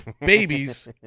babies